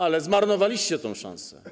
Ale zmarnowaliście tę szansę.